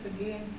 again